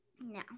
No